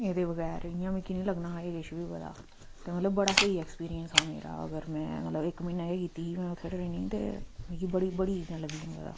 एह्दे बगैर इंया मिगी किश निं लगना हा पता ते मतलब बड़ा स्हेई एक्सपीरियंस हा मेरा मगर में इक्क म्हीनै गै कीती ही थुआढ़े कन्नै ते मिगी लगदी बड़ी लगदी